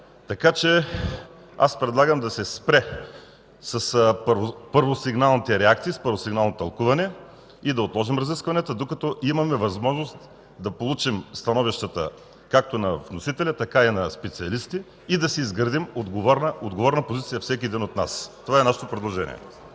така че аз предлагам да се спре с първосигналните реакции, с първосигналното тълкуване (шум и реплики от БСП ЛБ) и да отложим разискванията, докато имаме възможност да получим становищата както на вносителя, така и на специалисти, и да си изгради отговорна позиция всеки един от нас. Това е нашето предложение.